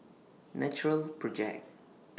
Natural Project